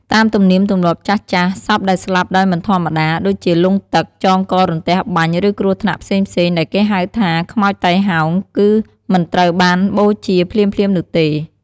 តាមទំនៀមទម្លាប់ចាស់ៗ សពដែលស្លាប់ដោយមិនធម្មតា ដូចជាលង់ទឹក ចងក រន្ទះបាញ់ ឬគ្រោះថ្នាក់ផ្សេងៗ ដែលគេហៅថា "ខ្មោចតៃហោង" គឺមិនត្រូវបានបូជាភ្លាមៗនោះទេ។